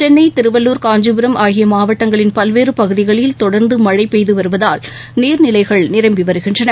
சென்னை திருவள்ளுர் காஞ்சிபுரம் ஆகிய மாவட்டங்களின் பல்வேறு பகுதிகளில் தொடர்ந்து மழை பெய்து வருவதால் நீர்நிலைகள் நிரம்பி வருகின்றன